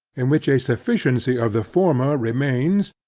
in which a sufficiency of the former remains,